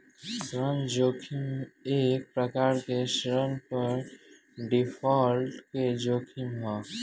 ऋण जोखिम एक प्रकार के ऋण पर डिफॉल्ट के जोखिम ह